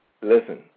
Listen